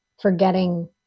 forgetting